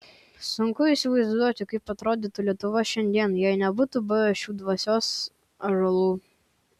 sunku įsivaizduoti kaip atrodytų lietuva šiandien jei nebūtų buvę šių dvasios ąžuolų